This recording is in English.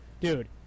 dude